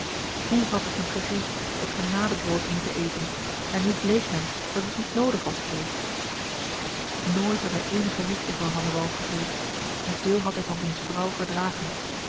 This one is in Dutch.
hoe had het hem gegriefd het genadebrood te moeten eten en nu bleek hem dat dit niet noodig was geweest nooit had hij eenige liefde voor van de wall gevoeld en veel had hij van diens vrouw verdragen